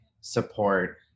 support